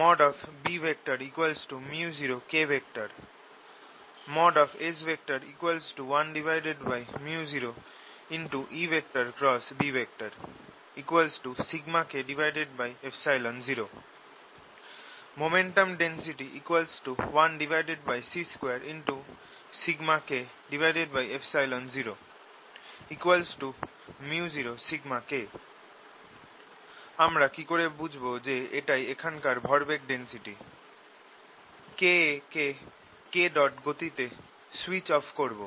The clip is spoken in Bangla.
B µ0K S 1µ0EB σK0 Momentum density 1c2σK0 µ0σK আমরা কিকরে বুঝব যে এটাই এখানকার ভরবেগ ডেন্সিটি K কে K গতিতে সুইচ অফ করব